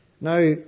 Now